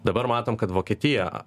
dabar matom kad vokietija